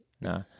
Nah